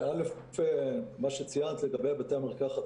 מה שציינת לגבי בתי המרקחת,